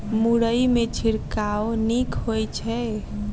मुरई मे छिड़काव नीक होइ छै?